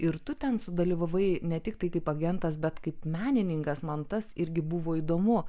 ir tu ten sudalyvavai ne tiktai kaip agentas bet kaip menininkas man tas irgi buvo įdomu